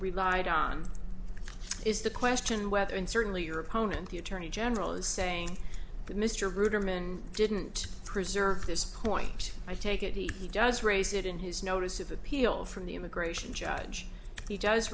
relied on is the question whether and certainly your opponent the attorney general is saying that mr ruderman didn't preserve this point i take it he does raise it in his notice of appeal from the immigration judge he does